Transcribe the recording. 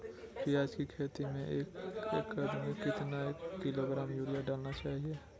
प्याज की खेती में एक एकद में कितना किलोग्राम यूरिया डालना है?